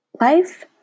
Life